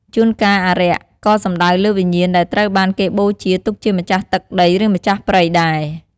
ជួនកាលអារក្សក៏សំដៅលើវិញ្ញាណដែលត្រូវបានគេបូជាទុកជាម្ចាស់ទឹកដី ឬម្ចាស់ព្រៃដែរ។